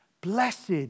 Blessed